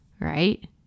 right